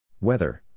Weather